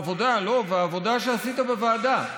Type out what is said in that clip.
והעבודה שעשית בוועדה.